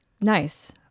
nice